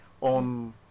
on